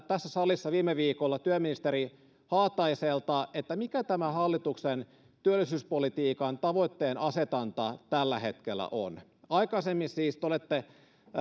tässä salissa viime viikolla työministeri haataiselta että mikä tämä hallituksen työllisyyspolitiikan tavoitteenasetanta tällä hetkellä on aikaisemmin te siis olette